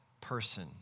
person